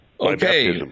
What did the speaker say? Okay